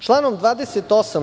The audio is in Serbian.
Članom 28.